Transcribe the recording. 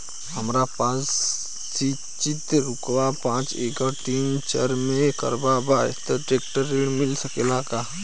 हमरा पास सिंचित रकबा पांच एकड़ तीन चक में रकबा बा त ट्रेक्टर ऋण मिल सकेला का?